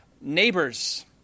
neighbors